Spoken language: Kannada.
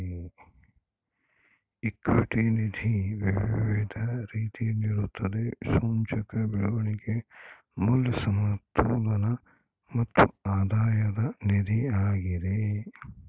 ಈಕ್ವಿಟಿ ನಿಧಿ ವಿವಿಧ ರೀತಿಯಲ್ಲಿರುತ್ತದೆ, ಸೂಚ್ಯಂಕ, ಬೆಳವಣಿಗೆ, ಮೌಲ್ಯ, ಸಮತೋಲನ ಮತ್ತು ಆಧಾಯದ ನಿಧಿಯಾಗಿದೆ